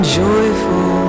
joyful